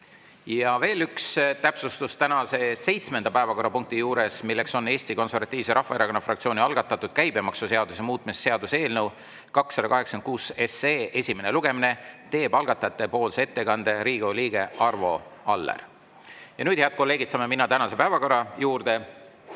Ja veel üks täpsustus. Tänase seitsmenda päevakorrapunkti juures, milleks on Eesti Konservatiivse Rahvaerakonna fraktsiooni algatatud käibemaksuseaduse muutmise seaduse eelnõu 286 esimene lugemine, teeb algatajate ettekande Riigikogu liige Arvo Aller. Nüüd, head kolleegid, saame minna tänase päevakorra juurde.